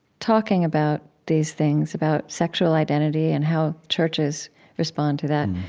talking about these things, about sexual identity and how churches respond to that,